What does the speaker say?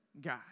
God